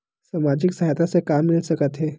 सामाजिक सहायता से का मिल सकत हे?